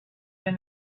when